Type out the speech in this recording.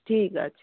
ঠিক আছে